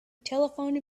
telephoned